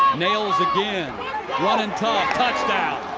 nails again running tough. touchdown.